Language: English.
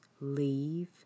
leave